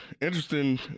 interesting